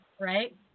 right